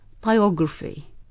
biography